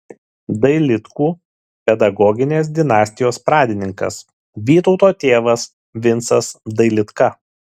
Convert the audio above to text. dailidkų pedagoginės dinastijos pradininkas vytauto tėvas vincas dailidka